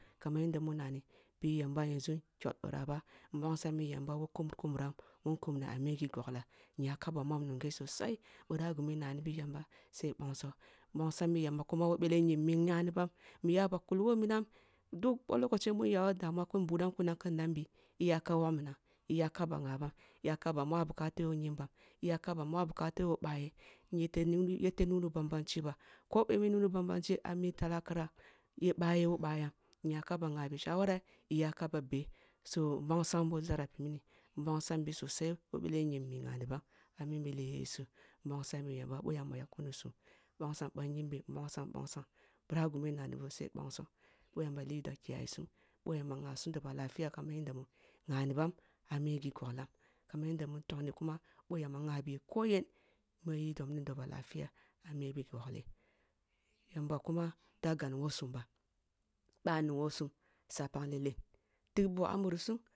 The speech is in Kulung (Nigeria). Kaman yanda mun nani yamba yanzu nkyol bira bah mbongsam in yamba who kum gi muram, who nkum a migi gogla nyaka ba mim nungeh sosai birah gumi nnanibi yamba sai bongsoh mbongsambi yamba kuma who bete nyim mu i nganibam mu iyaba kuli who minam duk wani lokaci mu inyawo damuwa kun budan kunam kun nnabi iyaka wogh minam iyaka ba ngaban iyaka ba mwa bakatam nyimbam, iyaka ba mmwa bukata who baye iyefe nuni banbanci ba ko inuni banbanci a mi talakiram ye baye who bayan inyaka ba nnge bi shawara iyaka ba be soh mbong sam boh zarafi mini, mbongsam bi sassai who bete nyim mu, nngani bam a mi lile yesu mbongsambi yamba boh yamba yak kumisum, mbongsam bayimbi mbongsam mbongsam bira gimun nganibuwun se bongsoh boh yamba liduah kiyaye sum boh yamba nngabisum doboh lafiyam kaman yanda nnganibam a migi goglam kuma yanda mun tongni kuma boh yamba nngabi ki yen muri don doboh lafiya a migi gogleh yamba kuma da gan wo sum ba, ba nighesum, swa ppak lelen. Tik buk ah murisum.